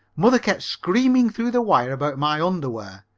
mother kept screaming through the wire about my underwear.